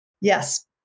Yes